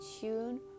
tune